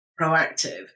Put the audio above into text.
proactive